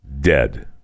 dead